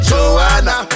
Joanna